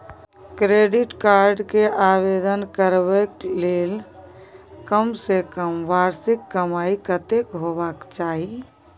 Credit card के आवेदन करबैक के लेल कम से कम वार्षिक कमाई कत्ते होबाक चाही?